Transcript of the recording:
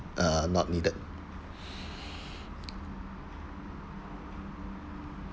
uh not needed